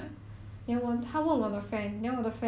mm